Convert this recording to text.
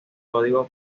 código